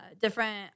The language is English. different